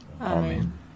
Amen